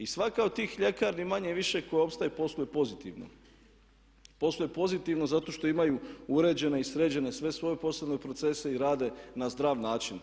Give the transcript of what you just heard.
I svaka od ti ljekarni manje-više koje opstaju posluju pozitivno, posluju pozitivno zato što imaju uređene i sređene sve svoje poslovne procese i rade na zdrav način.